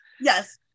yes